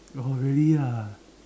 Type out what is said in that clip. oh really ah